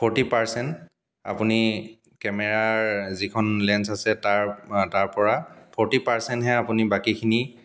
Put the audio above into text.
forty percent আপুনি কেমেৰাৰ যিখন লেন্স আছে তাৰ তাৰ পৰা ফ'ৰ্টি পাৰ্চেণ্টহে আপুনি বাকীখিনি